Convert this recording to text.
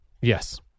Yes